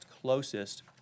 closest